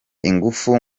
ingufu